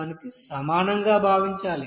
1 కి సమానంగా భావించాలి